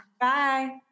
Bye